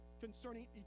concerning